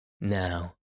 Now